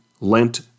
Lent